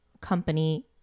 company